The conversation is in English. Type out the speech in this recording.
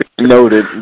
Noted